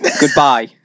goodbye